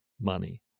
money